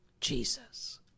Jesus